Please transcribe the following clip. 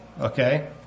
okay